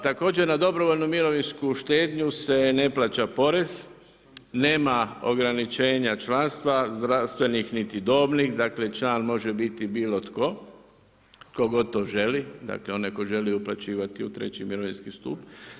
Također, na dobrovoljnu mirovinsku štednju se ne plaća porez, nema ograničenja članstva zdravstvenih niti dobnih, dakle, član može biti bilo tko, tko god to želi, dakle, onaj tko želi uplaćivati u treći mirovinski stup.